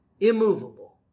immovable